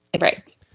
Right